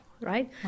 Right